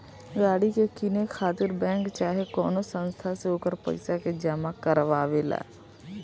गाड़ी के किने खातिर बैंक चाहे कवनो संस्था से ओकर पइसा के जामा करवावे ला